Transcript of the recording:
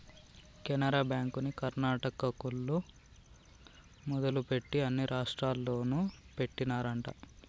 కెనరా బ్యాంకుని కర్ణాటకోల్లు మొదలుపెట్టి అన్ని రాష్టాల్లోనూ పెట్టినారంట